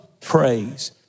praise